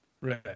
right